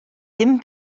dim